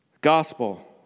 Gospel